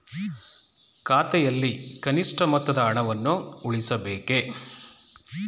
ಖಾತೆಯಲ್ಲಿ ಕನಿಷ್ಠ ಮೊತ್ತದ ಹಣವನ್ನು ಉಳಿಸಬೇಕೇ?